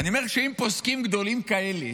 אני אומר שאם פוסקים גדולים כאלה,